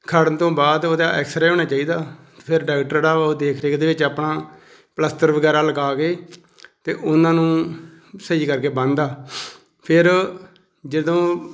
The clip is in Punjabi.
ਖੜ੍ਹਨ ਤੋਂ ਬਾਅਦ ਉਹਦਾ ਐਕਸਰੇ ਹੋਣਾ ਚਾਹੀਦਾ ਫਿਰ ਡਾਕਟਰ ਜਿਹੜਾ ਉਹ ਦੇਖ ਰੇਖ ਦੇ ਵਿੱਚ ਆਪਣਾ ਪਲਸਤਰ ਵਗੈਰਾ ਲਗਾ ਕੇ ਅਤੇ ਉਹਨਾਂ ਨੂੰ ਸਹੀ ਕਰਕੇ ਬੰਨ੍ਹਦਾ ਫਿਰ ਜਦੋਂ